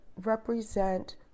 represent